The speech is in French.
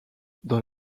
dans